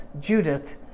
Judith